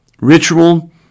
ritual